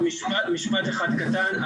משפט אחד קטן.